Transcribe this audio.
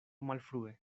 malfrue